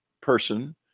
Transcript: person